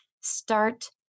start